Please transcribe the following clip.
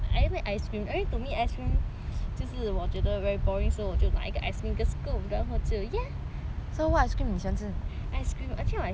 就是我觉得 very boring 的时候我就拿一个 ice cream 一个 scoop 然后就 ya ice cream actually my favourite 的 flavour 是 vanilla